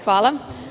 Hvala.